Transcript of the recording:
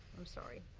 i'm sorry.